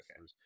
okay